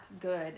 good